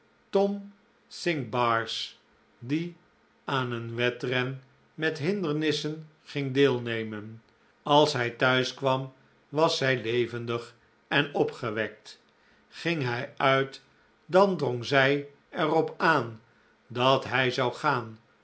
tom cinqbars die aan een wedren met hindernissen ging deelnemen als hij thuis kwam was zij levendig en opgewekt ging hij uit dan drong zij er op aan dat hij zou gaan